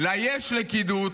ל"יש לכידות"